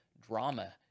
drama